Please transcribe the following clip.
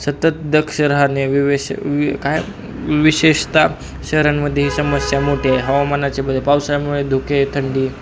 सतत दक्ष रहाणे विवेश वि काय विशेषता शहरांमध्ये ही समस्या मोठी आहे हवामानाच्या बदल पावसाळ्यामुळे धुके थंडी